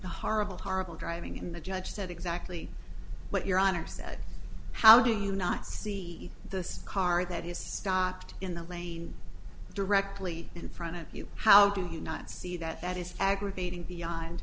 the horrible horrible driving in the judge said exactly what your honor said how do you not see the car that is stopped in the lane directly in front of you how do you not see that that is aggravating beyond